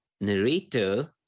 narrator